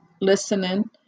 listening